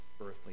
earthly